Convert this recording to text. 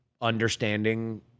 understanding